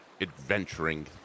adventuring